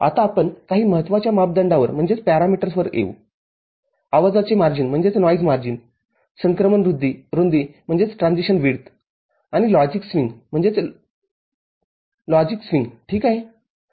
आताआपण काही महत्वाच्या मापदंडावर येऊ आवाजाचे मार्जिनसंक्रमण रुंदी आणि लॉजिक स्विंग ठीक आहे